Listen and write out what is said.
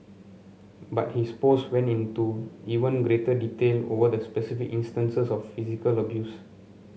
but his post went into even greater detail over the specific instances of physical abuse